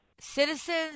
citizens